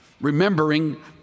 remembering